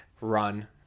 run